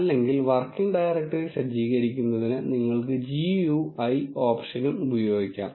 അല്ലെങ്കിൽ working directory സജ്ജീകരിക്കുന്നതിന് നിങ്ങൾക്ക് GUI ഓപ്ഷനും ഉപയോഗിക്കാം